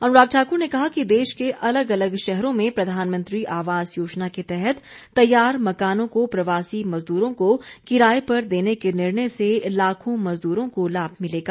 अनुराग ठाकुर ने कहा कि देश के अलग अलग शहरों में प्रधानमंत्री आवास योजना के तहत तैयार मकानों को प्रवासी मजदूरों को किराए पर देने के निर्णय से लाखों मजदूरों को लाभ मिलेगा